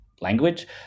language